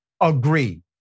agree